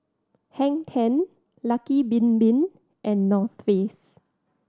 Hang Ten Lucky Bin Bin and North Face